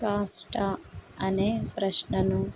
కాష్టా అనే ప్రశ్నను